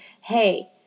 hey